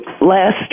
Last